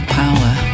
power